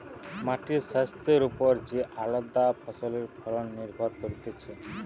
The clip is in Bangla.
মাটির স্বাস্থ্যের ওপর যে আলদা ফসলের ফলন নির্ভর করতিছে